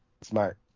Smart